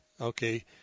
Okay